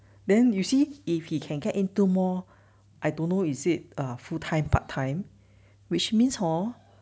then you see if he can get in two more I don't know is it a full time part time which means hor